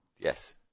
Yes